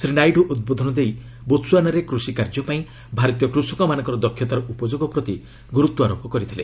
ଶ୍ରୀ ନାଇଡୁ ଉଦ୍ବୋଧନ ଦେଇ ବୋତ୍ସୁଆନାରେ କୁଷିକାର୍ଯ୍ୟ ପାଇଁ ଭାରତୀୟ କୃଷକମାନଙ୍କର ଦକ୍ଷତାର ଉପଯୋଗ ପ୍ରତି ଗୁରୁତ୍ୱାରୋପ କରିଛନ୍ତି